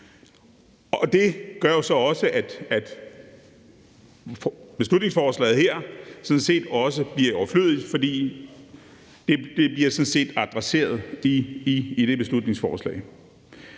Det gør jo, at beslutningsforslaget her sådan set bliver overflødigt, fordi det bliver adresseret i den bekendtgørelse.